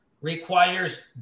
requires